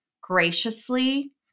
graciously